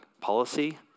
policy